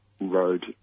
road